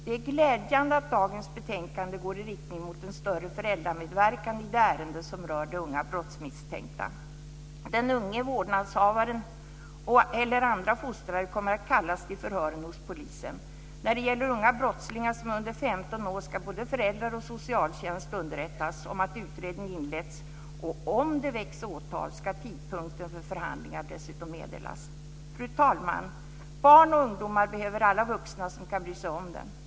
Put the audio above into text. Det är glädjande att dagens betänkande går i riktning mot en större föräldramedverkan i de ärenden som rör de unga brottsmisstänkta. Den unge, vårdnadshavaren eller andra fostrare kommer att kallas till förhören hos polisen. När det gäller unga brottslingar som är under 15 år ska både föräldrar och socialtjänst underrättas om att utredning inletts, och om det väcks åtal ska tidpunkten för förhandlingar dessutom meddelas. Barn och ungdomar behöver alla vuxna som kan bry sig om dem.